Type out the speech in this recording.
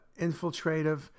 infiltrative